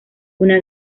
una